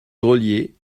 grelier